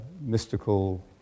mystical